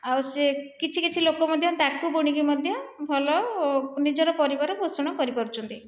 ଆଉ ସେ କିଛି କିଛି ଲୋକ ମଧ୍ୟ ତାକୁ ବୁଣିକି ମଧ୍ୟ ଭଲ ନିଜର ପରିବାର ପୋଷଣ କରିପାରୁଛନ୍ତି